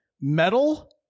Metal